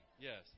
Yes